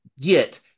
get